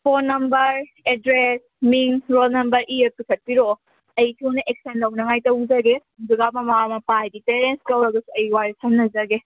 phone number address ꯃꯤꯡ roll number ꯏꯔꯒ ꯄꯤꯈꯠꯄꯤꯔꯛꯑꯣ ꯑꯩ ꯁꯣꯝꯗ ꯑꯦꯛꯁꯟ ꯂꯧꯅꯉꯥꯏ ꯇꯧꯖꯒꯦ ꯑꯗꯨꯒ ꯃꯃꯥ ꯃꯄꯥ ꯍꯥꯏꯗꯤ ꯄꯦꯔꯦꯟꯁ ꯀꯧꯔꯒꯁꯨ ꯑꯩ ꯋꯥꯔꯤ ꯁꯥꯟꯅꯖꯒꯦ